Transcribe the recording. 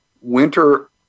winter